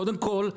קודם כל,